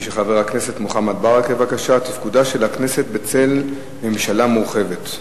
שהיא של חבר הכנסת מוחמד ברכה: תפקודה של הכנסת בצל ממשלה מורחבת.